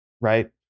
right